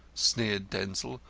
sneered denzil.